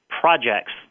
projects